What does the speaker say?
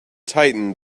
tightened